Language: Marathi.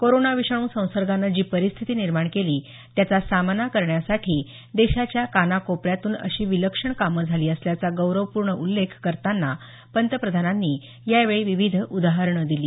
कोरोना विषाणू संसर्गानं जी परिस्थिती निर्माण केली त्याचा सामना करण्यासाठी देशाच्या कानाकोपऱ्यातून अशी विलक्षण कामं झाली असल्याचा गौरवपूर्ण उल्लेख करताना पंतप्रधानांनी यावेळी विविध उदाहरणं दिली